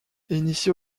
initié